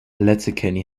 letterkenny